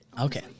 Okay